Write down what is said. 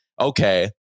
okay